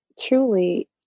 truly